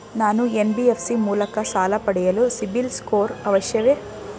ನಾನು ಎನ್.ಬಿ.ಎಫ್.ಸಿ ಮೂಲಕ ಸಾಲ ಪಡೆಯಲು ಸಿಬಿಲ್ ಸ್ಕೋರ್ ಅವಶ್ಯವೇ?